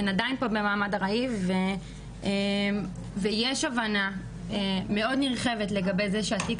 הן עדיין פה במעמד ארעי ויש הבנה מאוד נרחבת לגבי זה שהתיק